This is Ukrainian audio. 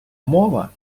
мова